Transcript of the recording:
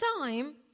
time